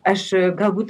aš galbūt